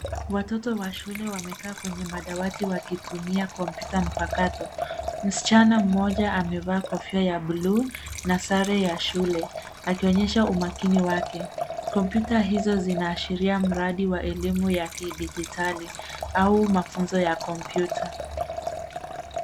Watoto wa shule wamekaa kwenye madawati wakitumia kompyuta. Mmoja wao amevaa koti la buluu na sare ya shule. ana umakini mkubwa. Kompyuta hizo zinaashiria mradi wa elimu ya kidijitali au masomo ya kompyuta